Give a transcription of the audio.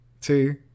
two